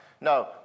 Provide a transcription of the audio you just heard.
No